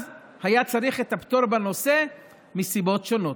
אז היה צריך את הפטור בנושא מסיבות שונות.